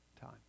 time